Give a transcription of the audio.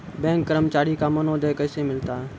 Bank कर्मचारी का मानदेय कैसे मिलता हैं?